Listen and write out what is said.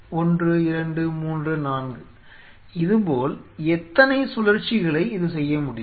1 2 3 4 இதுபோல் எத்தனை சுழற்சிகளை இது செய்ய முடியும்